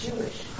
Jewish